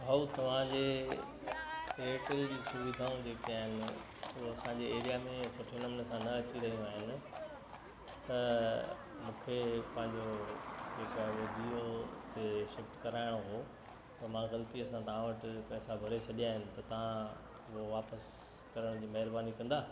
भाऊ तव्हांजे एयरटेल जी सुविधाऊं जे के आहिनि उहा असांजे एरिया में सुठे नमूने सां न अची रहियूं आहिनि त मूंखे पंहिंजो जे को आहे उहा जीओ उते शिफ़्ट कराइणो हुओ त मां ग़लतीअ सां तव्हां वटि पैसा भरे छॾियां आहिनि त तव्हां उहा वापसि करण जी महिरबानी कंदा